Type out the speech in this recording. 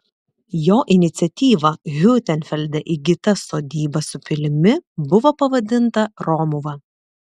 jo iniciatyva hiutenfelde įgyta sodyba su pilimi buvo pavadinta romuva